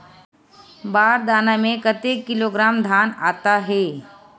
बार दाना में कतेक किलोग्राम धान आता हे?